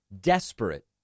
Desperate